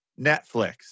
Netflix